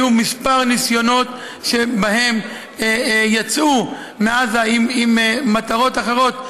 והיו כמה ניסיונות שבהם יצאו מעזה עם מטרות אחרות,